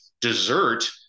dessert